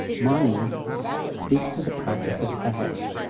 mani speaks to the practice of ethics,